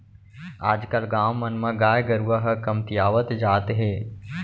आज कल गाँव मन म गाय गरूवा ह कमतियावत जात हे